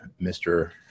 Mr